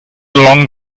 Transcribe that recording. along